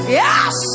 yes